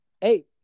Hey